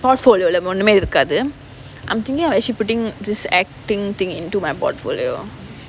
portfolio lah ஒன்னுமே இருக்காது:onnumae irukkaathu I'm thinking of actually putting this acting thing into my portfolio